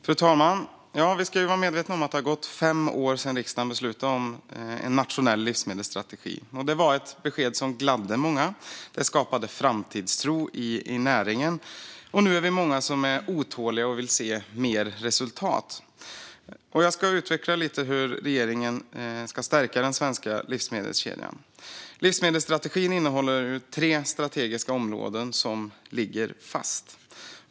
Fru talman! Vi ska vara medvetna om att det har gått fem år sedan riksdagen beslutade om en nationell livsmedelsstrategi. Det var ett besked som gladde många. Det skapade framtidstro i näringen, och nu är vi många som är otåliga och vill se mer resultat. Jag ska utveckla lite hur regeringen ska stärka den svenska livsmedelskedjan. Livsmedelsstrategin innehåller tre strategiska områden, som ligger fast.